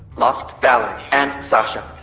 lost valery and sasha.